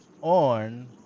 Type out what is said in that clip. on